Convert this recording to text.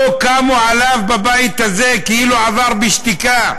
לא קמו עליו בבית הזה, זה כאילו עבר בשתיקה.